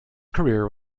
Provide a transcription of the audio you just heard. career